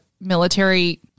military